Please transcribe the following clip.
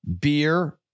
beer